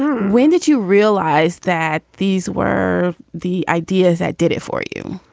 when did you realize that these were the ideas that did it for you?